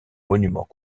monuments